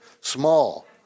small